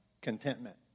contentment